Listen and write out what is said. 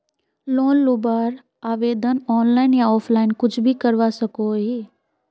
Loan लुबार आवेदन online या ऑफलाइन कुछ भी करवा सकोहो ही?